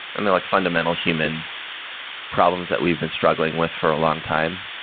and they're like fundamental human problems that we've been struggling with for a long time.